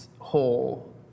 whole